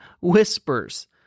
whispers